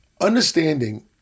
understanding